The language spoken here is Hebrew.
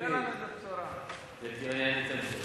אם זה שיפוצים זה מעולה.